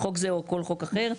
בחוק זה או בכל חוק אחר".